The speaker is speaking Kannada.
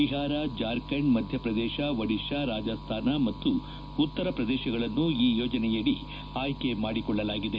ಬಿಹಾರ ಜಾರ್ಖಂಡ್ ಮಧ್ಯಪ್ರದೇಶ ಒಡಿಶಾ ರಾಜಸ್ತಾನ ಮತ್ತು ಉತ್ತರ ಪ್ರದೇಶಗಳನ್ನು ಈ ಯೋಜನೆಯಡಿ ಆಯ್ಕೆ ಮಾಡಿಕೊಳ್ಳಲಾಗಿದೆ